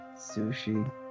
sushi